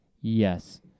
Yes